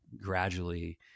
gradually